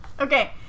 Okay